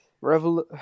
Revel